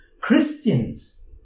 Christians